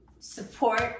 support